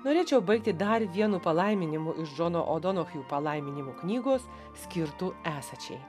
norėčiau baigti dar vienu palaiminimu iš džono odono hju palaiminimų knygos skirtų esačiai